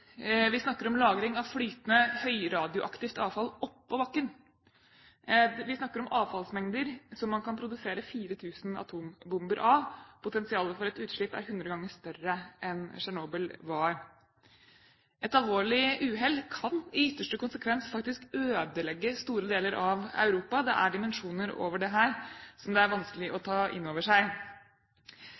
Vi snakker om lagring av flytende høyradioaktivt avfall oppå bakken. Vi snakker om avfallsmengder som man kan produsere 4 000 atombomber av. Potensialet for et utslipp er 100 ganger større enn det var i Tsjernobyl. Et alvorlig uhell kan i ytterste konsekvens faktisk ødelegge store deler av Europa. Det er dimensjoner over dette som det er vanskelig å ta inn over seg.